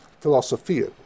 philosophia